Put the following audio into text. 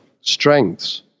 strengths